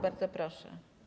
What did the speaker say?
Bardzo proszę.